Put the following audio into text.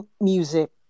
music